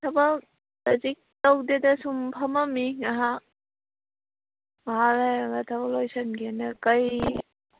ꯊꯕꯛ ꯍꯧꯖꯤꯛ ꯇꯧꯗꯦꯗ ꯁꯨꯝ ꯐꯝꯃꯝꯃꯤ ꯉꯍꯥꯛ ꯉꯍꯥꯛ ꯂꯩꯔꯒ ꯊꯕꯛ ꯂꯣꯏꯁꯟꯒꯦꯅ ꯀꯩ